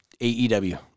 AEW